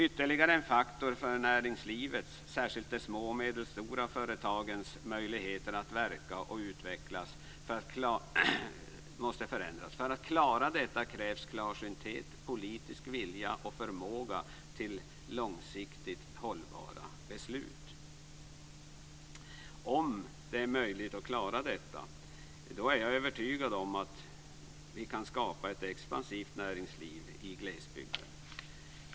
Ytterligare en faktor är näringslivets, särskilt de små och medelstora företagens, möjligheter att verka och utvecklas. Här måste det förändras. För att klara detta krävs det klarsynthet, politisk vilja och förmåga till långsiktigt hållbara beslut. Om det är möjligt att klara detta kan vi - det är jag övertygad om - skapa ett expansivt näringsliv i glesbygden.